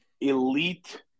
elite